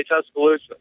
Tuscaloosa